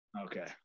Okay